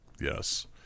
yes